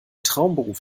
traumberuf